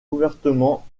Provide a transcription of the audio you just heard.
ouvertement